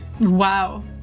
wow